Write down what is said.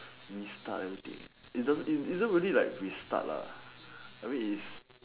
restart everything it doesn't it isn't really like restart lah I mean it's